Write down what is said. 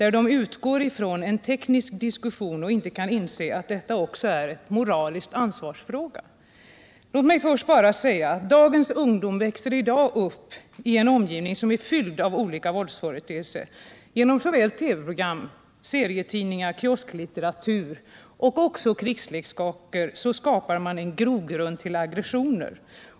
De utgår från en teknisk diskussion och kan inte inse att det här också handlar om en moralisk ansvarsfråga. Låt mig först säga att dagens ungdom växer upp i en omgivning som är fylld av olika våldsföreteelser. Genom såväl TV-program, serietidningar och kiosklitteratur som krigsleksaker skapar man en grogrund för aggressioner.